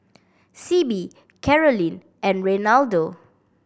Sibbie Caroline and Reinaldo